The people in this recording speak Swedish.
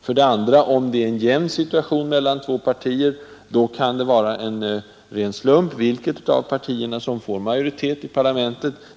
För det andra: Om det är en jämn situation mellan två partier kan det vara en ren slump vilket av partierna som får majoritet i parlamentet.